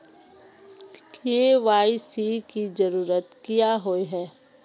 KYC की जरूरत क्याँ होय है?